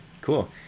cool